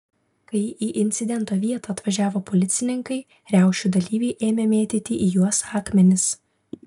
kai į incidento vietą atvažiavo policininkai riaušių dalyviai ėmė mėtyti į juos akmenis